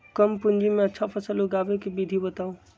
कम पूंजी में अच्छा फसल उगाबे के विधि बताउ?